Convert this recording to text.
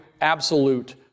Absolute